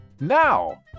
Now